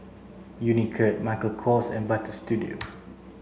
Unicurd Michael Kors and Butter Studio